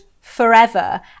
forever